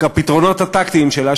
הפתרונות הטקטיים שלה,